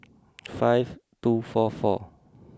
five two four four